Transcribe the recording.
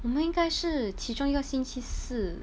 我们应该是其中一个星期四